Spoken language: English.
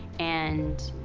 and,